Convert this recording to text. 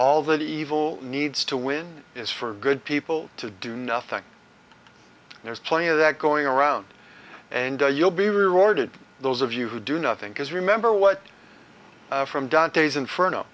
all that evil needs to win is for good people to do nothing there's plenty of that going around and you'll be rewarded those of you who do nothing because remember what from dantes inferno